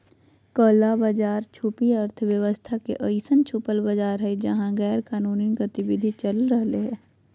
काला बाज़ार छुपी अर्थव्यवस्था के अइसन छुपल बाज़ार हइ जहा गैरकानूनी गतिविधि चल रहलय